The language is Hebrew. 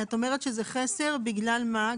את אומרת שזה חסר, בגלל מה?